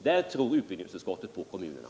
Därvidtag tror utbildningsutskottet på kommunerna.